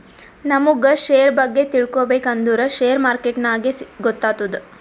ನಮುಗ್ ಶೇರ್ ಬಗ್ಗೆ ತಿಳ್ಕೋಬೇಕ್ ಅಂದುರ್ ಶೇರ್ ಮಾರ್ಕೆಟ್ನಾಗೆ ಗೊತ್ತಾತ್ತುದ